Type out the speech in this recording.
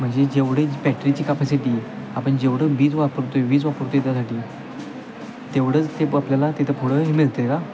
म्हणजे जेवढेच बॅटरीची कपॅसिटी आपण जेवढं वीज वापरतो आहे वीज वापरतो आहे त्यासाठी तेवढंच ते प आपल्याला तिथं पुढं हे मिळते का